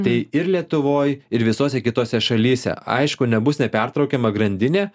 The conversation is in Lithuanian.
tai ir lietuvoj ir visose kitose šalyse aišku nebus nepertraukiama grandinė